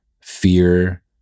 fear